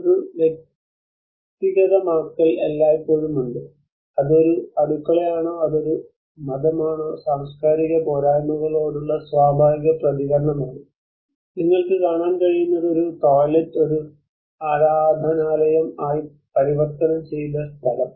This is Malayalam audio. ഒരു വ്യക്തിഗതമാക്കൽ എല്ലായ്പ്പോഴും ഉണ്ട് അത് ഒരു അടുക്കളയാണോ അത് ഒരു മതമാണോ സാംസ്കാരിക പോരായ്മകളോടുള്ള സ്വാഭാവിക പ്രതികരണമാണ് നിങ്ങൾക്ക് കാണാൻ കഴിയുന്നത് ഒരു ടോയ്ലറ്റ് ഒരു ആരാധനാലയം ആയി പരിവർത്തനം ചെയ്ത സ്ഥലം